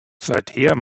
seither